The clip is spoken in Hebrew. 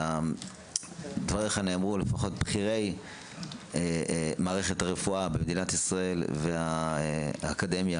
לפחות בכירי מערכת הרפואה בישראל והאקדמיה